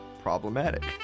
problematic